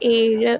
ഏഴ്